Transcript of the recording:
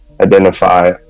identify